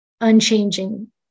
unchanging